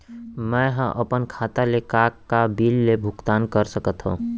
मैं ह अपन खाता ले का का बिल के भुगतान कर सकत हो